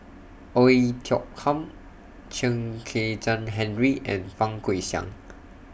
Oei Tiong Ham Chen Kezhan Henri and Fang Guixiang